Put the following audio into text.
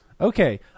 Okay